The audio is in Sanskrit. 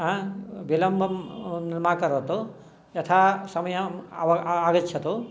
विलम्बं मा करोतु यथा समयम् आगच्छतु